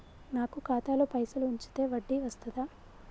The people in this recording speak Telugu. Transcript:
నాకు ఖాతాలో పైసలు ఉంచితే వడ్డీ వస్తదా?